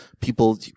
people